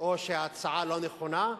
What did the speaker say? או שההצעה לא נכונה,